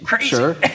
sure